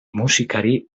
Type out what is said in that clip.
musikari